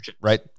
right